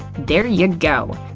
there ya go!